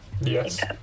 yes